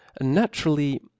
naturally